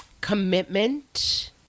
commitment